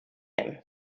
him